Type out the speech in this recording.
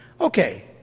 Okay